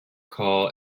call